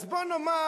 אז בוא נאמר,